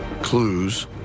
Clues